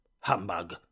Humbug